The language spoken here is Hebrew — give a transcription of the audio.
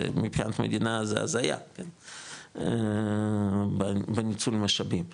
זה מבחינת המדינה זה הזיה בניצול משאבים ולכן,